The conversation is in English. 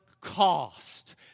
cost